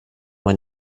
man